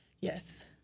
Yes